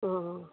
हॅं